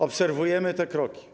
Obserwujemy te kroki.